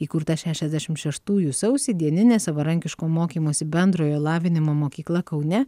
įkurta šešiasdešim šeštųjų sausį dieninė savarankiško mokymosi bendrojo lavinimo mokykla kaune